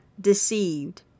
deceived